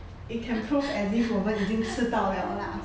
it can prove as if 我们已经吃到 liao lah